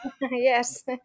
Yes